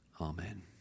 amen